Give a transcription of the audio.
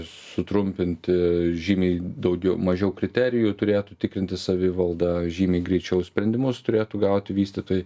sutrumpinti žymiai daugiau mažiau kriterijų turėtų tikrinti savivalda žymiai greičiau sprendimus turėtų gauti vystytojai